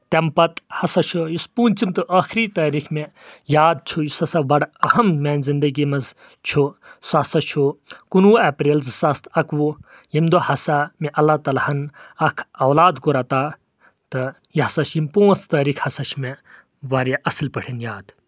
تمہِ پتہِ ہسا چھُ یُس پوٗنٛژِم تہٕ ٲخری تٲریٖخ مےٚ یاد چھُ یُس ہسا بڑٕ أہم میانہِ زنٛدگی منٛز چھُ سُہ ہسا چھُ کُنوُہ ایٚپریل زٕ ساس تہٕ اکوُہ ییٚمہِ دۄہ ہسا مےٚ اللہ تعالیٰ ہن اکھ اولاد کوٚر عطا تہٕ یہِ ہسا چھِ یِم پانٛژھ تٲریٖخ ہسا چھِ مےٚ واریاہ اصٕل پٲٹھۍ یاد